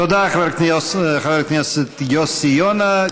תודה, חבר הכנסת יוסי יונה.